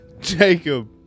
jacob